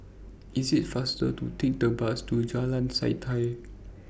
IT IS faster to Take The Bus to Jalan Setia